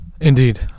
Indeed